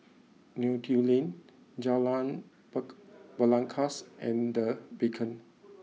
Neo Tiew Lane Jalan bark Belangkas and Beacon